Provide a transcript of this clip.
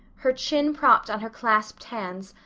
her chin propped on her clasped hands,